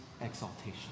exaltation